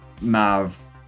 Mav